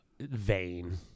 vain